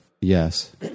Yes